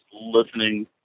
listening